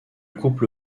couple